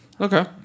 Okay